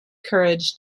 courage